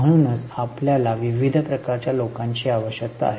म्हणूनच आपल्याला विविध प्रकारच्या लोकांची आवश्यकता आहे